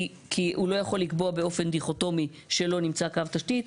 כי הוא לא יכול לקבוע באופן דיכוטומי שלא נמצא קו תשתית,